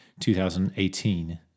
2018